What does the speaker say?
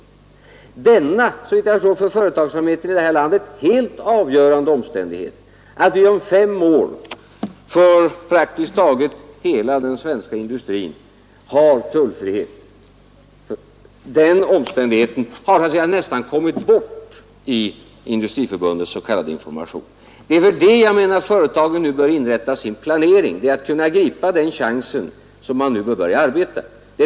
Denna för företagsamheten i vårt land såvitt jag förstår helt avgörande omständighet, nämligen att vi om fem år har tullfrihet för praktiskt taget hela den svenska industrin, har nästan kommit bort i Industriförbundets s.k. information. Jag menar att företagen nu bör gripa chansen att inrätta sin planering för denna mark nad och nu börja arbeta för att nå detta mål.